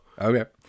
Okay